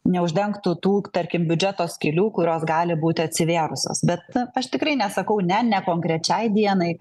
neuždengtų tų tarkim biudžeto skylių kurios gali būti atsivėrusios bet na aš tikrai nesakau ne ne konkrečiai dienai